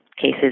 cases